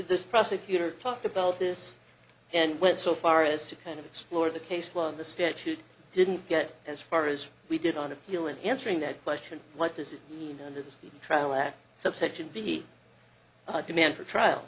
this prosecutor talked about this and went so far as to kind of explore the case one the statute didn't get as far as we did on appeal in answering that question what does it mean under this trial at subsection be a demand for trial